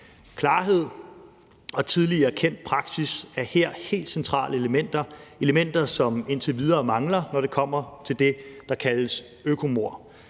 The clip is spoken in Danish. Klarhed og tidlig erkendt praksis er her helt centrale elementer – elementer, som indtil videre mangler, når det kommer til det, der kaldes økomord.